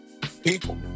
people